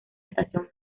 estación